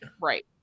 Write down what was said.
Right